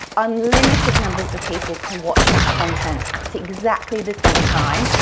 unlimited numbers of people can watch that content at exactly the same time.